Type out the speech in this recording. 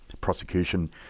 prosecution